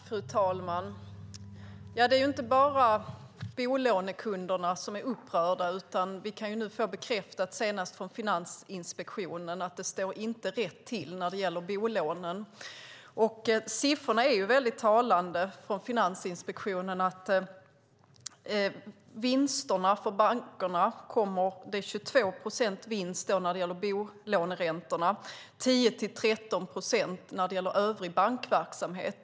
Fru talman! Det är inte bara bolånekunderna som är upprörda. Vi har nu fått bekräftat, senast från Finansinspektionen, att det inte står rätt till i bolånen. Siffrorna är talande för Finansinspektionen, nämligen vinsterna för bankerna, 22 procents vinst för bolåneräntorna, 10-13 procent på övrig bankverksamhet.